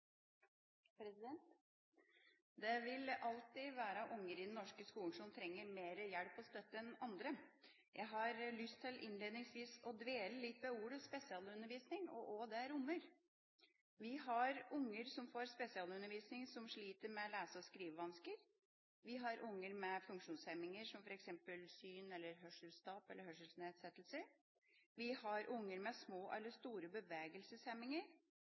Det vil alltid være unger i den norske skolen som trenger mer hjelp og støtte enn andre. Jeg har innledningsvis lyst til å dvele litt ved ordet «spesialundervisning» og hva det rommer. Vi har unger som får spesialundervisning, som sliter med lese- og skrivevansker, vi har unger med funksjonshemninger, som f.eks. har syns- eller hørselstap eller hørselsnedsettelse, vi har unger med små eller store